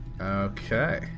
Okay